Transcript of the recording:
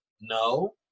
no